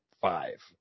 five